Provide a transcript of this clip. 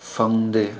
ꯐꯪꯗꯦ